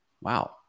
wow